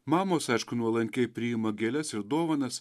mamos aišku nuolankiai priima gėles ir dovanas